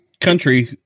country